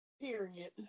Period